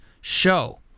show